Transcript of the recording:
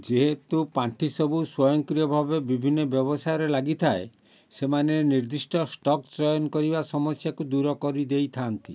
ଯେହେତୁ ପାଣ୍ଠି ସବୁ ସ୍ୱୟଂକ୍ରିୟ ଭାବେ ବିଭିନ୍ନ ବ୍ୟବସାୟରେ ଲାଗିଥାଏ ସେମାନେ ନିର୍ଦ୍ଦିଷ୍ଟ ଷ୍ଟକ୍ ଚୟନ କରିବା ସମସ୍ୟାକୁ ଦୂର କରିଦେଇଥାନ୍ତି